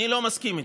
אני לא מסכים איתה.